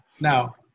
Now